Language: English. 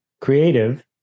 Creative